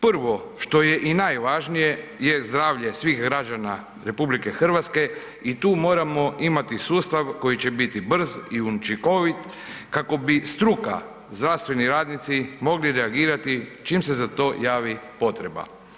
Prvo, što je i najvažnije je zdravlje svih građana RH i tu moramo imati sustav koji će bit brz i učinkovit kako bi struka, zdravstveni radnici mogli reagirati čim se za to javi potreba.